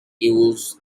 use